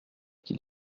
qu’il